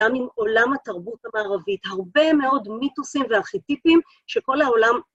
גם עם עולם התרבות המערבית, הרבה מאוד מיתוסים וארכיטיפים שכל העולם...